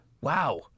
Wow